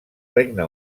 regne